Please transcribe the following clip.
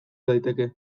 daiteke